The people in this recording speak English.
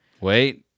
Wait